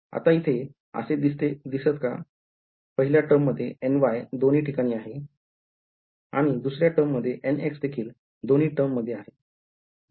आता इथे असे दिसत का पहिल्या टर्ममध्ये ny दोन्ही ठिकाणी आहे आणि दुसऱ्या टर्ममध्ये nx देखील दोन्ही टर्ममध्ये आहे बरोबर